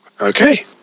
Okay